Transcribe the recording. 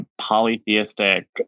polytheistic